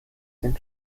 den